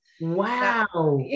wow